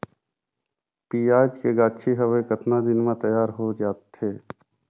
पियाज के गाछी हवे कतना दिन म तैयार हों जा थे?